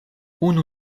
unu